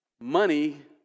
Money